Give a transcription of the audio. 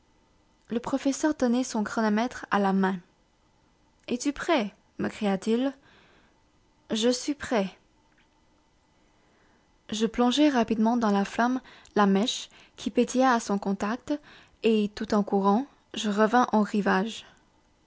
le professeur tenait son chronomètre à la main es-tu prêt me cria-t-il je suis prêt eh bien feu mon garçon je plongeai rapidement dans la flamme la mèche qui pétilla à son contact et tout en courant je revins au rivage